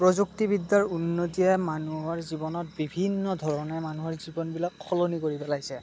প্ৰযুক্তিবিদ্যাৰ উন্নতিয়ে মানুহৰ জীৱনত বিভিন্ন ধৰণে মানুহৰ জীৱনবিলাক সলনি কৰি পেলাইছে